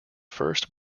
first